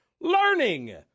learning